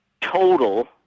total